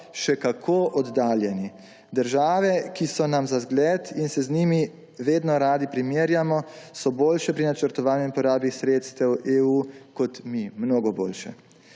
še kako oddaljeni. Države, ki so nam za zgled in se z njimi vedno radi primerjamo, so boljše pri načrtovanju in porabi sredstev EU kot mi. Mnogo boljše.